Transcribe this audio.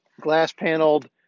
glass-paneled